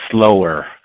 slower